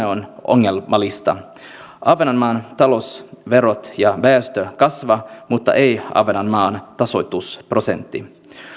on ongelmallista ahvenanmaan talous verot ja väestö kasvavat mutta ei ahvenanmaan tasoitusprosentti